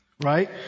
right